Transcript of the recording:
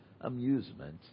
amusement